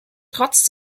trotz